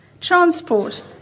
Transport